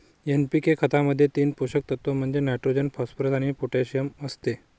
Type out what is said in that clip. NPK खतामध्ये तीन पोषक तत्व म्हणजे नायट्रोजन, फॉस्फरस आणि पोटॅशियम असते